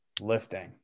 lifting